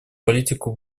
политику